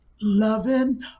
Loving